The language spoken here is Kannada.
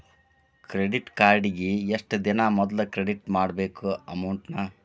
ಕ್ರೆಡಿಟ್ ಕಾರ್ಡಿಗಿ ಎಷ್ಟ ದಿನಾ ಮೊದ್ಲ ಕ್ರೆಡಿಟ್ ಮಾಡ್ಬೇಕ್ ಅಮೌಂಟ್ನ